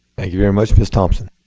thank you very much. ms. thompson.